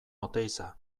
oteiza